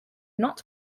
not